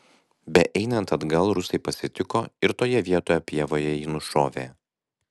beeinant atgal rusai pasitiko ir toje vietoj pievoje jį nušovė